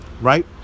right